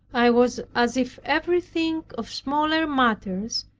i was as if everything, of smaller matters,